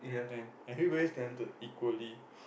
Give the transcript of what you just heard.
and everybody is talented equally